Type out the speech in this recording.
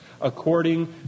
according